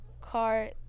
car